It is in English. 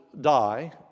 die